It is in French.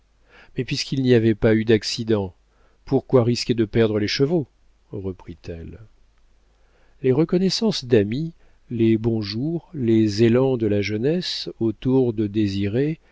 mais puisqu'il n'y avait point eu d'accident pourquoi risquer de perdre tes chevaux reprit-elle les reconnaissances d'amis les bonjours les élans de la jeunesse autour de désiré